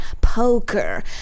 poker